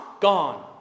gone